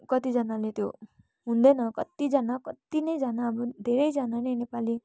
कतिजनाले त्यो हुँदैन कतिजना कति नै जना अब धेरैजना नै नेपाली